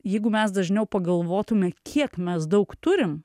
jeigu mes dažniau pagalvotume kiek mes daug turim